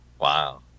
Wow